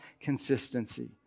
consistency